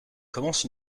commence